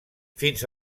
fins